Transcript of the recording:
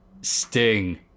Sting